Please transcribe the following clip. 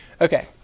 Okay